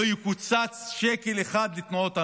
לא יקוצץ שקל אחד לתנועות הנוער.